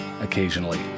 occasionally